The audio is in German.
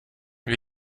wir